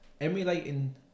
emulating